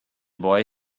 boy